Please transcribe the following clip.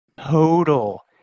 Total